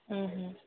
ହୁଁ ହୁଁ ହୁଁ